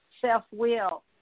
self-will